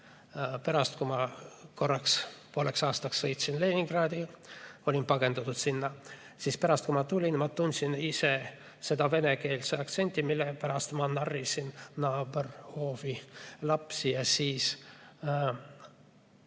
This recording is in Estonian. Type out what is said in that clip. Pärast, kui ma pooleks aastaks sõitsin Leningradi, olin pagendatud sinna, siis kui ma tagasi tulin, ma tundsin ise seda venekeelset aktsenti, mille pärast ma narrisin naaberhoovi lapsi, ja siis